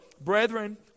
brethren